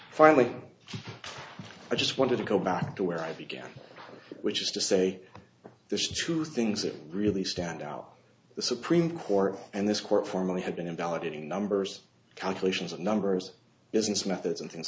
finally i just want to go back to where i began which is to say there's two things that really stand out the supreme court and this court formally have been invalidating numbers calculations and numbers business methods and things